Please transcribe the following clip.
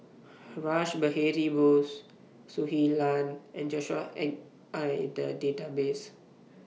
Rash Behari Bose Shui Lan and Joshua Ip Are in The Database